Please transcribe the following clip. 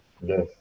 yes